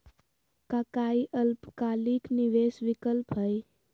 का काई अल्पकालिक निवेस विकल्प हई?